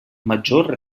maggior